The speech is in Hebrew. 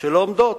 שלא עומדות,